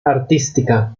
artística